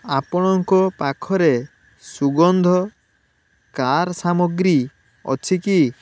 ଆପଣଙ୍କ ପାଖରେ ସୁଗନ୍ଧ କାର୍ ସାମଗ୍ରୀ ଅଛି କି